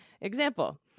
Example